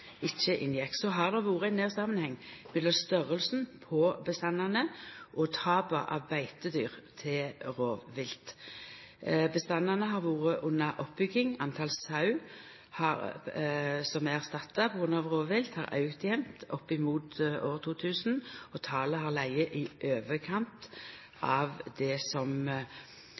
inngjekk. Så har det vore ein nær samanheng mellom storleiken på bestandane og tapa av beitedyr til rovvilt. Bestandane har vore under oppbygging, talet på sau som er erstatta på grunn av rovvilt, har auka jamnt fram mot 2000. Talet har lege i overkant av det